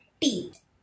teeth